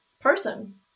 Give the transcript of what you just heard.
person